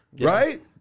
Right